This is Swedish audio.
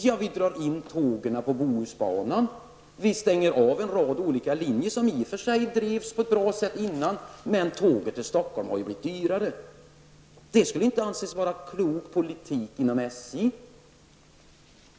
Skulle man dra in tågen på Bohusbanan, stänga av en rad olika linjer som i och för sig drevs på ett bra sätt innan, bara för att tåget till Stockholm har blivit dyrare? Det skulle inte anses vara klok politik inom SJ.